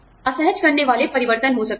असहज करने वाले परिवर्तन हो सकते हैं